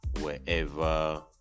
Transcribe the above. wherever